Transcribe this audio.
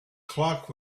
clock